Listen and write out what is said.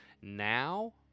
Now